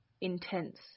intense